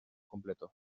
completo